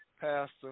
Pastor